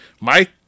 Mike